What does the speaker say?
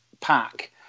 pack